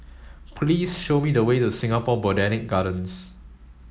please show me the way to Singapore Botanic Gardens